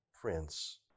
prince